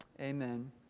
Amen